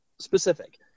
specific